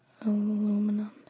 Aluminum